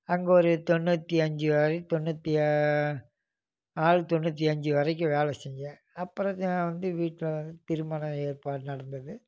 அங்கே ஒரு தொண்ணூற்றி அஞ்சு வரையும் தொண்ணூற்றி ஆறு தொண்ணூற்றி அஞ்சு வரைக்கும் வேலை செஞ்சேன் அப்புறம் வந்து வீட்டில் வந்து திருமணம் ஏற்பாடு நடந்தது